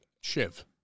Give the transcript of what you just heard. Shiv